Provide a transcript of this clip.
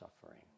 suffering